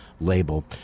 label